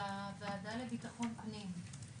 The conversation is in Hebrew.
בוועדה לביטחון הפנים.